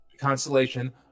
constellation